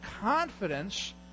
confidence